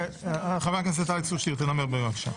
חבר הכנסת אלכס קושניר, בבקשה.